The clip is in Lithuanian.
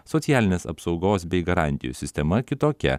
socialinės apsaugos bei garantijų sistema kitokia